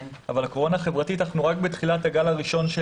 אבל אנחנו רק בתחילת הגל הראשון של